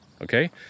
okay